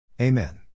Amen